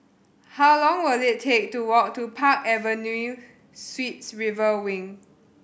how long will it take to walk to Park Avenue Suites River Wing